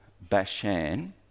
Bashan